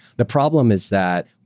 the problem is that,